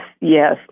Yes